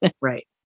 Right